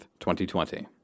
2020